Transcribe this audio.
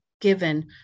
given